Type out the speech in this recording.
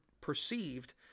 perceived